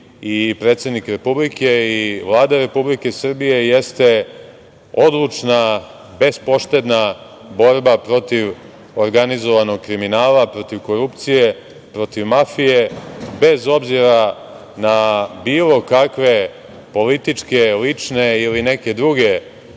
i predsednik Republike i Vlada Republike Srbije jeste odlučna, bespoštedna borba protiv organizovanog kriminala, protiv korupcije, protiv mafije, bez obzira na bilo kakva politička, lična ili neka druga